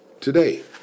today